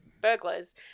burglars